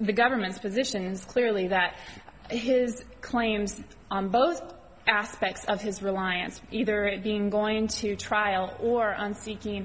the government's position is clearly that his claims on both aspects of his reliance either being going to trial or on seeking